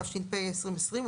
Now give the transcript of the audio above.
התשפ"ב-2020,